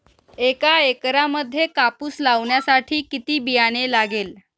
एका एकरामध्ये कापूस लावण्यासाठी किती बियाणे लागेल?